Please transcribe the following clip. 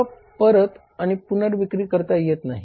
सेवा परत किंवा पुनर्विक्री करता येत नाही